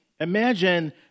imagine